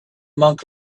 monk